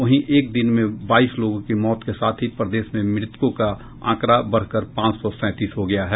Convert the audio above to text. वहीं एक दिन में बाईस लोगों की मौत के साथ ही प्रदेश में मृतकों का आंकड़ा बढ़कर पांच सौ सैंतीस हो गया है